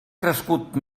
crescut